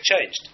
changed